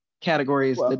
categories